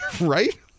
right